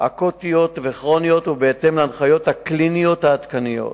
אקוטיות וכרוניות ובהתאם להנחיות הקליניות העדכניות.